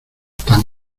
tan